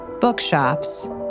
bookshops